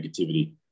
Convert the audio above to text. negativity